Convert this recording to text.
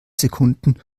sekunden